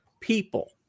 people